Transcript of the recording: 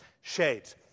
Shades